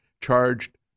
charged